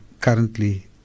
currently